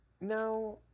Now